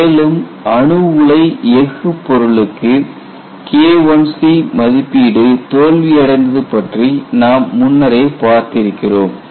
மேலும் அணு உலை எஃகு பொருளுக்கு KIC மதிப்பீடு தோல்வி அடைந்தது பற்றி நாம் முன்னரே பார்த்திருக்கிறோம்